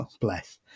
Bless